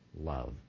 love